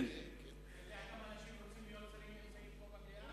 אתה יודע כמה אנשים שרוצים להיות שרים נמצאים פה במליאה?